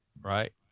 Right